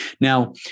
Now